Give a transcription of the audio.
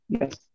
Yes